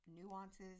nuances